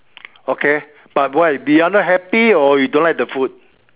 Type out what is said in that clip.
okay but why you are not happy or you don't like the food